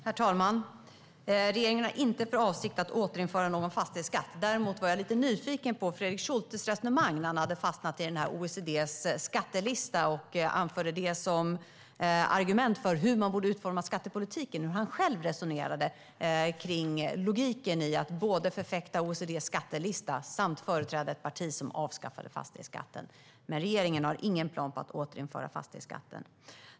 Herr talman! Regeringen har inte för avsikt att återinföra någon fastighetsskatt. Däremot var jag lite nyfiken på Fredrik Schultes resonemang när han hade fastnat i OECD:s skattelista och anförde den som argument för hur man borde utforma skattepolitiken. Jag undrade hur han själv resonerade om logiken i att både förfäkta OECD:s skattelista och företräda ett parti som avskaffade fastighetsskatten. Men regeringen har ingen plan på att återinföra fastighetsskatten.